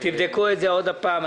תבדקו את זה עוד פעם.